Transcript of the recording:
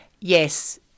Yes